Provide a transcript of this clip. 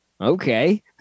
Okay